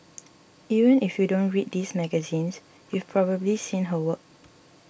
even if you don't read these magazines you've probably seen her work